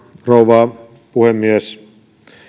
rouva puhemies